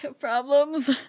Problems